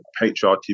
patriarchy